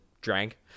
drank